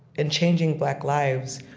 in changing black lives,